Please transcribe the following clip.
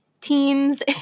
teens